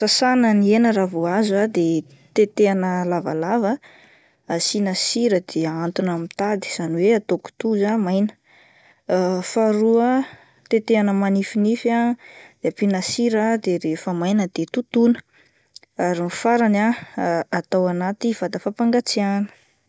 Sasana ny hena raha vao azo ah, de tetehina lavalava ah asiana sira de ahantona amin'ny tady izany hoe atao kitoza maina, faharoa ah tetehina manifinify de ampiana sira de rehefa maina de totoina ary ny farany ah atao anaty vata fampangatsiahina.